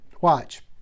watch